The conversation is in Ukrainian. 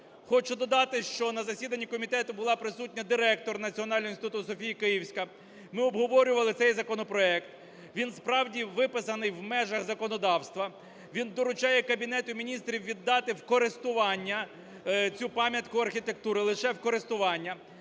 Хочу додати, що на засіданні комітету була присутня директор Національного інституту "Софія Київська". Ми обговорювали цей законопроект. Він справді виписаний в межах законодавства. Він доручає Кабінету Міністрів віддати в користування цю пам'ятку архітектури – лише в користування.